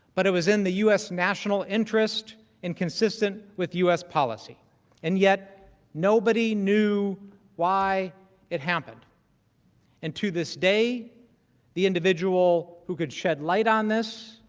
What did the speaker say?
but it was in the u s. national interest inconsistent with u s. policy and yet nobody knew why it happened in and to this day the individual who could shed light on this